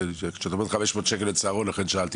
שאת אומרת 500 שקל לצהרון, לכן שאלתי?